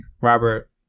Robert